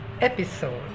episode